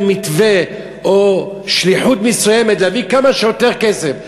מתווה או שליחות מסוימת להביא כמה שיותר כסף,